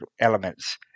elements